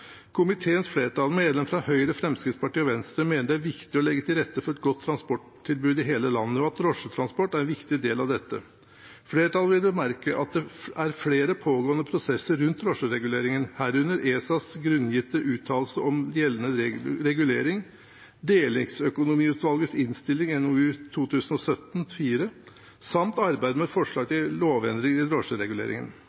flertall, medlemmene fra Høyre, Fremskrittspartiet og Venstre, mener det er viktig å legge til rette for et godt transporttilbud i hele landet, og at drosjetransport er en viktig del av dette. Flertallet vil bemerke at det er flere pågående prosesser rundt drosjeregulering, herunder ESAs grunngitte uttalelse om gjeldende regulering, delingsøkonomiutvalgets innstilling NOU 2017:4, samt arbeid med forslag